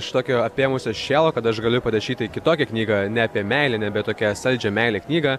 iš tokio apėmusio šėlo kad aš galiu parašyti kitokią knygą ne apie meilę ne apie tokią saldžią meilę knygą